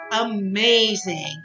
amazing